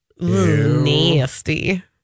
nasty